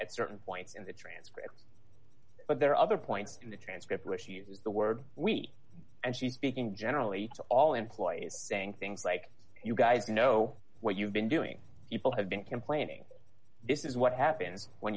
at certain points in the transcript but there are other points to the transcript which uses the word we and she's speaking generally all employed saying things like you guys know where you've been doing people have been complaining this is what happens when